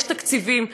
יש תקציבים,